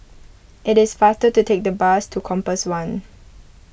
it is faster to take the bus to Compass one